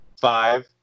Five